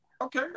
okay